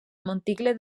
monticle